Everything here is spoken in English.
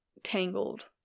Tangled